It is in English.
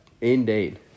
Indeed